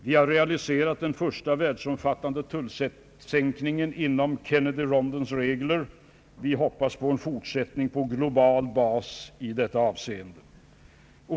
Vi har realiserat den första världsomfattande tullsänkningen enligt Kennedyrondens regler, och vi hoppas på en lösning på global bas i detta avseende.